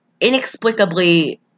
inexplicably